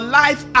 life